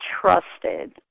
trusted